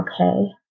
okay